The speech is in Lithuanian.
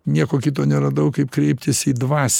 nieko kito neradau kaip kreiptis į dvas